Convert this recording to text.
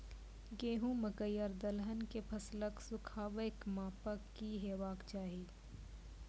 गेहूँ, मकई आर दलहन के फसलक सुखाबैक मापक की हेवाक चाही?